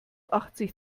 achtzig